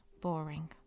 boring